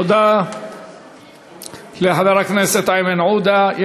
תודה לחבר הכנסת איימן עודה.